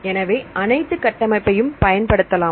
எனவே அனைத்து கட்டமைப்பையும் பயன்படுத்தலாம்